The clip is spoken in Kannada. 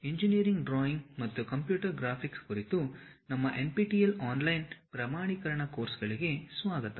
ಇಂಜಿನಿಯರಿಂಗ್ ಡ್ರಾಯಿಂಗ್ ಮತ್ತು ಕಂಪ್ಯೂಟರ್ ಗ್ರಾಫಿಕ್ಸ್ ಕುರಿತು ನಮ್ಮ ಎನ್ಪಿಟಿಇಎಲ್ ಆನ್ಲೈನ್ ಪ್ರಮಾಣೀಕರಣ ಕೋರ್ಸ್ಗಳಿಗೆ ಸುಸ್ವಾಗತ